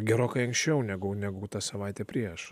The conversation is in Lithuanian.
gerokai anksčiau negu negu tą savaitę prieš